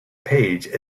page